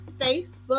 Facebook